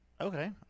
Okay